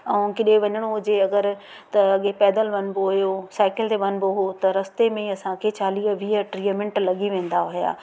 ऐं केॾांहुं वञिणो हुजे अगरि त अॻे पैदल वञिबो हुयो साइकिल ते वञिबो हो त रस्ते ते असांखे चालीह वीह टीह मिंट लॻी वेंदा हुया